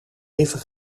even